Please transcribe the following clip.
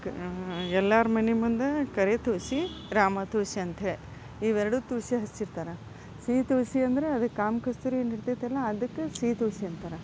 ಕ್ ನಮ್ಮ ಎಲ್ಲರೂ ಮನೆ ಮುಂದೆ ಕರಿ ತುಳಸಿ ರಾಮ ತುಳಸಿ ಅಂತ್ಹೇಳಿ ಇವೆರಡೂ ತುಳಸಿ ಹಚ್ಚಿರ್ತಾರೆ ಸಿಹಿ ತುಳಸಿ ಅಂದ್ರೆ ಅದೇ ಕಾಮ ಕಸ್ತೂರಿ ಎಲೆ ಇರ್ತೈತಲ್ಲ ಅದಕ್ಕೆ ಸಿಹಿ ತುಳಸಿ ಅಂತಾರೆ